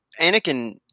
Anakin